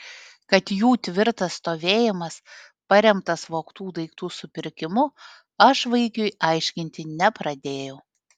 kad jų tvirtas stovėjimas paremtas vogtų daiktų supirkimu aš vaikiui aiškinti nepradėjau